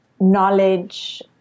knowledge